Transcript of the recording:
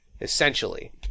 essentially